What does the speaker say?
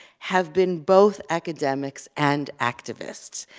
have been both academics and activists.